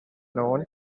known